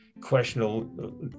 questionable